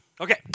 Okay